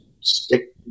stick